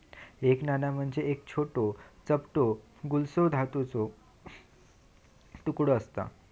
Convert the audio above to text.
एक नाणा म्हणजे एक छोटो, चपटो गोलसो धातूचो तुकडो आसता